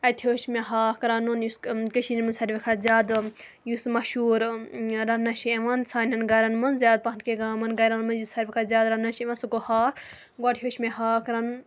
اَتہِ ہیوٚچھ مےٚ ہاکھ رَنُن یُس کٔشیٖرِ منٛز ساروٕے کھۄتہٕ زیادٕ یُس مشہوٗر رَننہٕ چھِ یِوان سانٮ۪ن گَرَن منٛز زیادٕ پَہَن کہِ گامَن گَرَن منٛز یُس ساروٕے کھۄتہٕ زیادٕ رَننہٕ چھِ یِوان سُہ گوٚو ہاکھ گۄڈٕ ہیوٚچھ مےٚ ہاکھ رَنُن